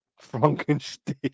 Frankenstein